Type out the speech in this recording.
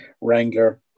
wrangler